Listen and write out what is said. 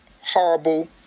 horrible